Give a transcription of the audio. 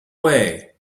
way